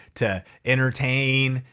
to entertain,